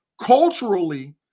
Culturally